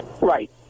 Right